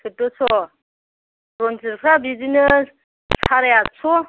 सैद'स' रन्जितफ्रा बिदिनो साराय आटस'